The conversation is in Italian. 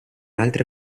altre